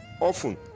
often